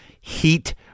heat